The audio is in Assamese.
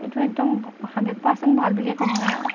এইটো একদম হাণ্ড্ৰেড পাৰ্চেণ্ট ভাল বুলিয়ে ক'ম মই আৰু